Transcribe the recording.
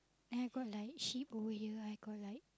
then I got like sheep over here I got like